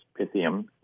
Pythium